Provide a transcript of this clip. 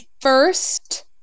first